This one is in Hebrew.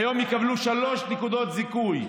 והיום יקבלו 3 נקודות זיכוי.